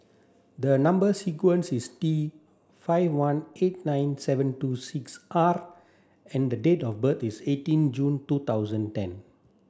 the number sequence is T five one eight nine seven two six R and the date of birth is eighteen June two thousand ten